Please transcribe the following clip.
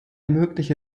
mögliche